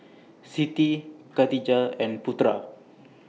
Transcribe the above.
Siti Katijah and Putera